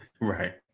Right